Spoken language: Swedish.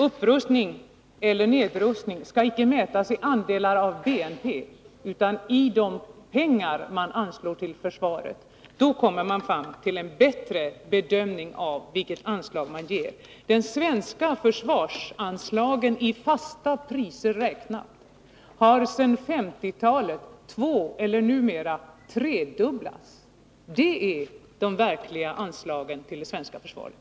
Upprustning eller nedrustning kan icke mätas i andelar av BNP utan skall mätas i de pengar man anslår till försvaret. Då kommer man fram till en bättre bedömning av vilket anslag som ges. De svenska försvarsanslagen i fasta priser räknat har sedan 1950-talet tvådubblats, eller numera tredubblats. Det är det verkliga anslaget till det svenska försvaret.